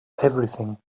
everything